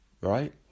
right